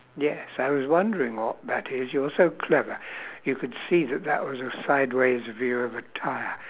yes I was wondering what that is you're so clever you could see that that was a sideways view of a tyre